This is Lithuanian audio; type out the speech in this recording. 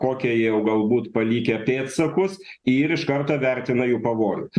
kokią jau galbūt palikę pėdsakus ir iš karto vertina jų pavojų